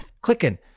clicking